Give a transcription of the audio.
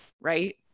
Right